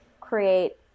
create